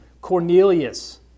Cornelius